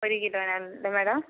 ഒരു കില്ലോന്നാണല്ലേ മാഡം